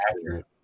accurate